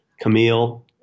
Camille